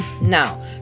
Now